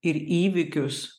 ir įvykius